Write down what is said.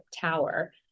tower